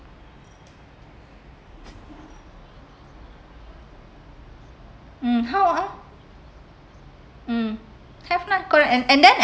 mm how ah mm have lah correct and and then